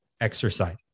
exercise